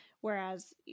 Whereas